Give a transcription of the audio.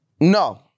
No